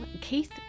Keith